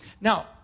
Now